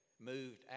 moved